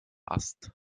ast